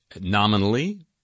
nominally